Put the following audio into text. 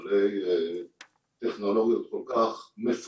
במיוחד בשעה שמדובר ברכבים בעלי טכנולוגיות כל כך מפותחות.